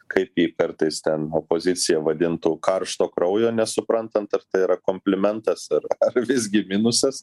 kaip jį kartais ten opozicija vadintų karšto kraujo nesuprantant ar tai yra komplimentas ar visgi minusas